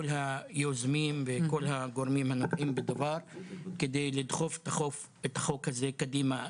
היוזמים וכל הגורמים הנוגעים בדבר כדי לדחוף את החוק הזה קדימה.